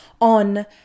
on